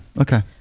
Okay